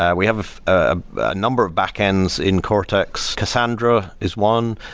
yeah we have ah number of backends in cortex. cassandra is one.